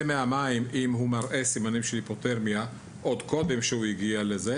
מהמים אם הוא מראה סימנים של היפותרמיה עוד קודם שהוא הגיע לזה